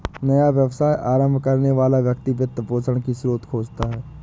नया व्यवसाय आरंभ करने वाला व्यक्ति वित्त पोषण की स्रोत खोजता है